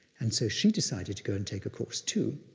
and so she decided to go and take a course, too,